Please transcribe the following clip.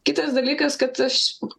kitas dalykas kad aš